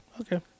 Okay